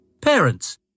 Parents